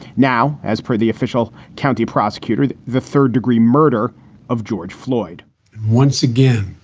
now, as per the official county prosecutor, the the third degree murder of george floyd once again